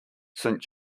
saint